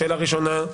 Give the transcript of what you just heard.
שאלה ראשונה,